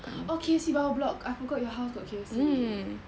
oh K_F_C bawah block I forgot your house got K_F_C